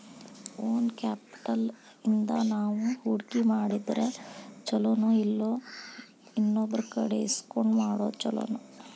Own capital ಇಂದಾ ನಾವು ಹೂಡ್ಕಿ ಮಾಡಿದ್ರ ಛಲೊನೊಇಲ್ಲಾ ಇನ್ನೊಬ್ರಕಡೆ ಇಸ್ಕೊಂಡ್ ಮಾಡೊದ್ ಛೊಲೊನೊ?